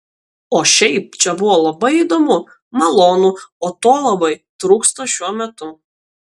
o šiaip čia buvo labai įdomu malonu o to labai trūksta šiuo metu